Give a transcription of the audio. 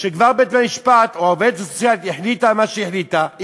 כשכבר בית-המשפט או העובדת הסוציאלית החליטה מה שהחליטה,